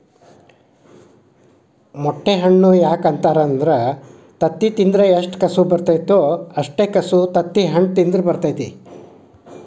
ಮೊಟ್ಟೆ ಹಣ್ಣು ಯಾಕ ಅಂತಾರ ಅಂದ್ರ ತತ್ತಿ ತಿಂದ್ರ ಎಷ್ಟು ಕಸು ಬರ್ತೈತೋ ಅಷ್ಟೇ ಕಸು ತತ್ತಿಹಣ್ಣ ತಿಂದ್ರ ಬರ್ತೈತಿ